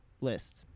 list